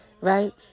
right